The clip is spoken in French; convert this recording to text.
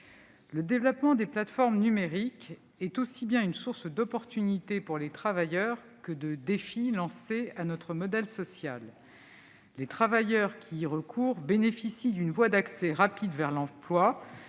le développement des plateformes numériques est aussi bien une source d'opportunités pour les travailleurs que de défis lancés à notre modèle social. Les travailleurs qui y recourent bénéficient d'une voie d'accès rapide à l'emploi,